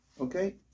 Okay